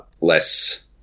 less